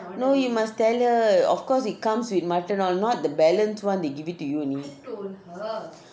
no you must tell her of course it comes with mutton or not the balance one they give it to you only